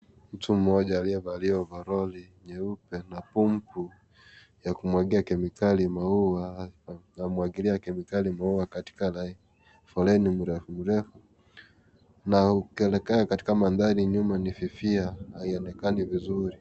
Mtu mmoja aliyevalia overoli nyeupe na pampu ya kumwagia kemikali maua, anamwagilia kemikali maua katika foleni mrefu mrefu na ukielekea katika mandhari nyuma imefifia haionekani vizuri.